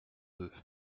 deux